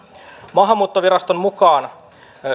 maahanmuuttoviraston mukaan